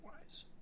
wise